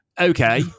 Okay